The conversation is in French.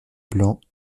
blanc